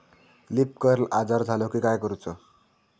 Leaf curl आजार झालो की काय करूच?